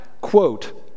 quote